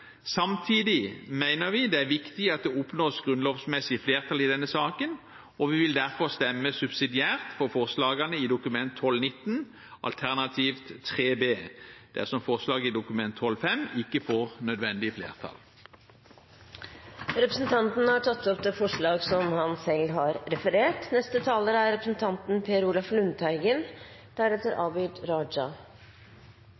Samtidig mener vi det er viktig at det oppnås grunnlovsmessig flertall i denne saken, og vi vil derfor stemme subsidiært for forslagene i Dokument 12:19, alternativt 3 B, dersom forslaget i Dokument 12:5 ikke får nødvendig flertall. Representanten Hans Fredrik Grøvan har tatt opp det forslaget han refererte til. Som saksordføreren har redegjort for, er